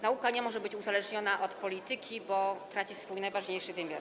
Nauka nie może być uzależniona od polityki, bo traci swój najważniejszy wymiar.